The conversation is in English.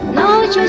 knowledge